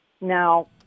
Now